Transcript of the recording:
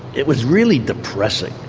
it was really depressing.